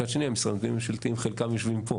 מצד שני המשרדים הממשלתיים, חלקם יושבים פה,